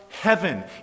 heaven